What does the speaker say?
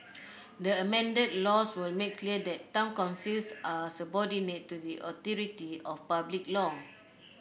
the amended laws will make clear that town councils are subordinate to the authority of public law